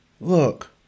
Look